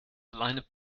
blinded